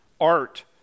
art